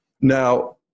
Now